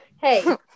Hey